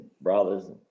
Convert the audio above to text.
brothers